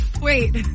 Wait